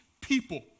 people